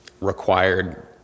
required